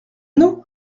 nous